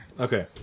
Okay